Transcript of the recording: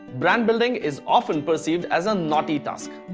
brand building is often perceived as a naughty task.